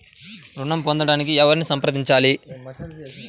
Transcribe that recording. ఋణం పొందటానికి ఎవరిని సంప్రదించాలి?